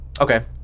okay